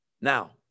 Now